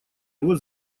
его